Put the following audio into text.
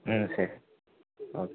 ம் சரி ஓகே